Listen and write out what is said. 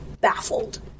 baffled